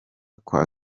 kwa